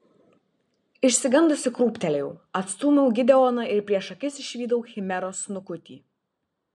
išsigandusi krūptelėjau atstūmiau gideoną ir prieš akis išvydau chimeros snukutį